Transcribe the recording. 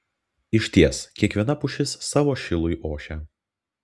išties kiekviena pušis savo šilui ošia